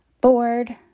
bored